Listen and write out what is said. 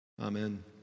Amen